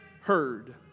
heard